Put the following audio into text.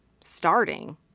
starting